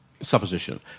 Supposition